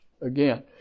again